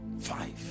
Five